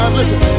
Listen